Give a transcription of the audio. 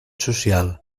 social